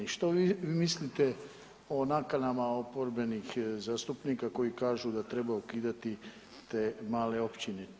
I što vi mislite o nakanama oporbenih zastupnika koji kažu da treba ukidati te male općine?